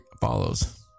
follows